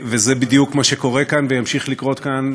וזה בדיוק מה שקורה כאן וימשיך לקרות כאן,